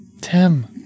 Tim